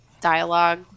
dialogue